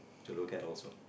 to look at also